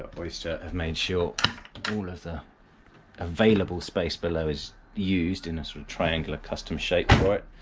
ah oyster have made sure all of the available space below is used in a sort of triangular custom shape for it,